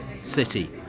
City